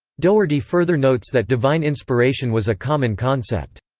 doherty further notes that divine inspiration was a common concept.